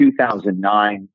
2009